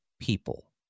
people